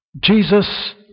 Jesus